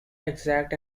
exact